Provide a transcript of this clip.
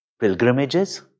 Pilgrimages